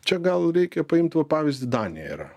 čia gal reikia paimt va pavyzdį danija yra